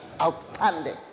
Outstanding